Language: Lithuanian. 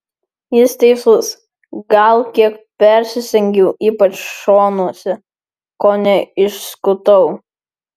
jis teisus gal kiek persistengiau ypač šonuose kone išskutau